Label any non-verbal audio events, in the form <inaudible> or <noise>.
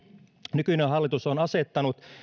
nykyinen hallitus on asettanut <unintelligible>